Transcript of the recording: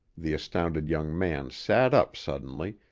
the astounded young man sat up suddenly,